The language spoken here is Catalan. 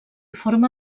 forma